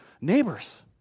neighbors